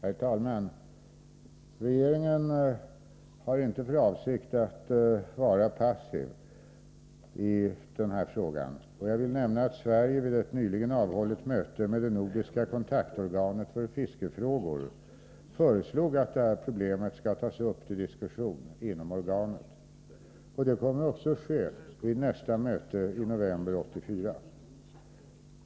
Herr talman! Regeringen har inte för avsikt att vara passiv i den här frågan. Jag vill nämna att Sverige vid ett nyligen avhållet möte med det nordiska kontaktorganet för fiskefrågor föreslog att det här problemet skall tas upp till diskussion inom organet. Det kommer också att ske vid nästa möte, i november 1984.